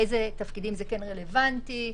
לאילו תפקידים זה רלוונטי,